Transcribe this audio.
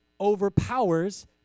overpowers